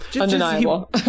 Undeniable